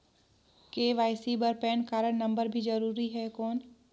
KYC बर PAN card number भी जरूरी हे कौन?